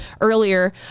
earlier